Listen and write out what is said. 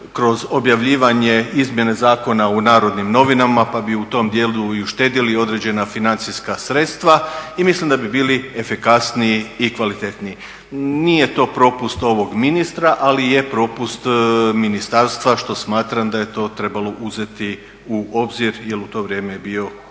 kroz objavljivanje izmjene zakona u Narodnim novinama pa bi u tom dijelu i uštedjeli određena financijska sredstva i mislim da bi bili efikasniji i kvalitetniji. Nije to propust ovog ministra, ali je propust ministarstva što smatram da je to trebalo uzeti u obzir jer u to vrijeme je bio